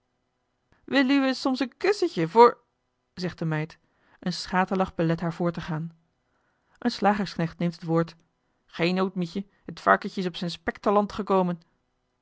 soms een kussentje voor zegt de meid een schaterlach belet haar voort te gaan een slagersknecht neemt het woord eli heimans willem roda geen nood mietje het varkentje is op zijn spek te land gekomen